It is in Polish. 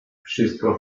wszystko